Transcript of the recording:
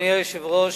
אדוני היושב-ראש,